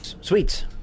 Sweets